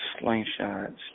Slingshots